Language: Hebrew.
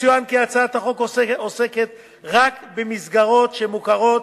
יצוין כי הצעת החוק עוסקת רק במסגרות שמוכרות